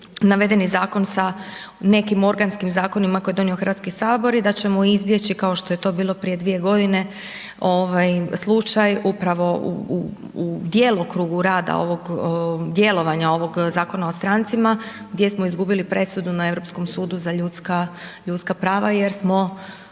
navedeni zakon sa nekim organskim zakonima koje je donio Hrvatski sabor i da ćemo izbjeći kao što je to bilo prije dvije godine slučaju upravo u djelokrugu rada ovog djelovanja ovog Zakona o strancima gdje smo izgubili presudu na Europskom sudu za ljudska prava jer smo